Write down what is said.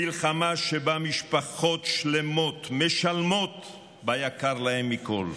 מלחמה שבה משפחות שלמות משלמות ביקר להן מכול,